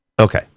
Okay